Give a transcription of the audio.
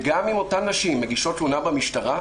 וגם אם אותן נשים מגישות תלונה במשטרה,